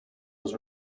was